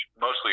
mostly